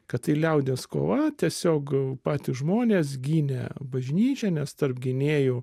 kad tai liaudies kova tiesiog patys žmonės gynė bažnyčią nes tarp gynėjų